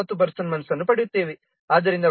9 person months ಅನ್ನು ಪಡೆಯುತ್ತೇವೆ